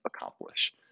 accomplish